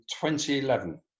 2011